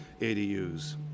ADUs